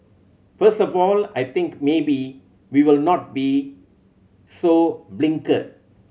first of all I think maybe we will not be so blinkered